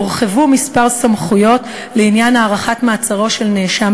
הורחבו כמה סמכויות לעניין הארכת מעצרו של נאשם